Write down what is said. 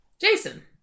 Jason